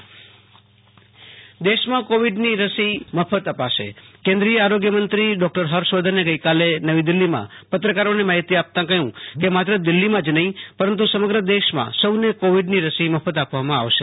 આશુ તોષ અંતાણી કેન્દ્રીય મંત્રીઃ રસીઃ દેશમાં કોવિડની રસી મફત અપાશે કેન્દ્રીય આરોગ્ય મંત્રી ડોક્ટર હર્ષવર્ધને ગઈકાલે નવી દિલ્હીમાં પત્રકારોને માહિતી આપતાં કહ્યું કે માત્ર દિલ્હીમાં જ નહીં પરંતુ સમગ્ર દેશમાં સૌને કોવિડની રસી મફત આપવામાં આવશે